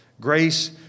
grace